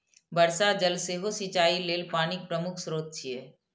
वर्षा जल सेहो सिंचाइ लेल पानिक प्रमुख स्रोत छियै